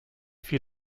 vier